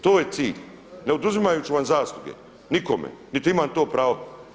To je cilj ne oduzimajući vam zasluge nikome niti imam to pravo.